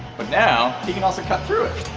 but now he can also cut through it!